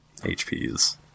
HPs